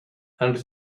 and